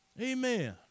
Amen